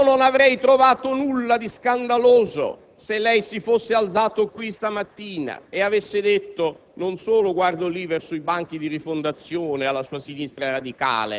Allora, signor Presidente, io non avrei trovato nulla di scandaloso se lei si fosse alzato qui stamattina (non solo